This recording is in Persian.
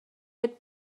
یاد